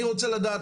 אני רוצה לדעת,